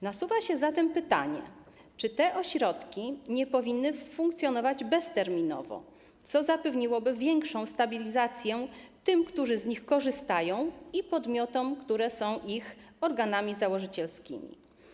Nasuwa się zatem pytanie, czy te ośrodki nie powinny funkcjonować bezterminowo, co zapewniłoby większą stabilizację tym, którzy z nich korzystają, i podmiotom, które są ich organami założycielskimi.